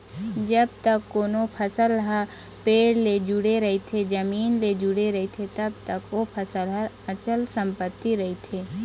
जब तक कोनो फसल ह पेड़ ले जुड़े रहिथे, जमीन ले जुड़े रहिथे तब तक ओ फसल ह अंचल संपत्ति रहिथे